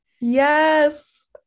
Yes